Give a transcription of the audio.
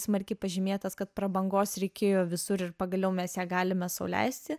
smarkiai pažymėtas kad prabangos reikėjo visur ir pagaliau mes ją galime sau leisti